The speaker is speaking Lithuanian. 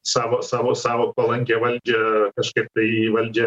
savo savo savo palankią valdžią kažkaip tai į valdžią